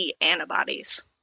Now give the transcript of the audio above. antibodies